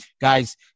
guys